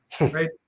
right